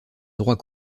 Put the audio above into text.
droit